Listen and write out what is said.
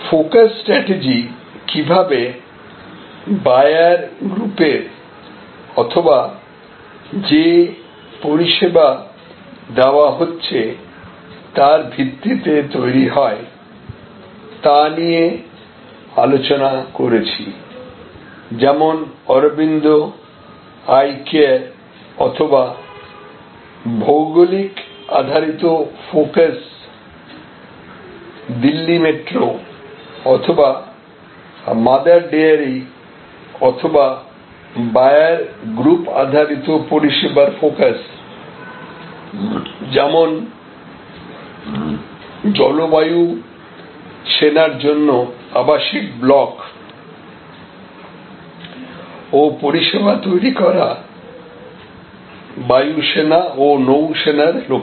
focus strategy কিভাবে buyer গ্রুপের অথবা যে পরিষেবা দেওয়া হচ্ছে তার ভিত্তিতে তৈরি হয় তা নিয়ে আলোচনা করেছিযেমন অরবিন্দ আই কেয়ার অথবা ভৌগোলিক আধারিত ফোকাস দিল্লি মেট্রো অথবা মাদার ডেয়ারি অথবা বায়ার গ্রুপ আধারিত পরিষেবার ফোকাস যেমন জলবায়ু সেনার জন্য আবাসিক ব্লক ও পরিষেবা তৈরি করা বায়ু সেনা ও নৌ সেনার লোকেরা